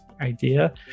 Idea